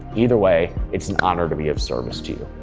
either way it's an honor to be of service to you.